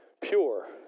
Pure